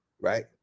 Right